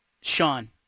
Sean